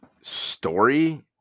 story